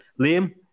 Liam